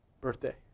birthday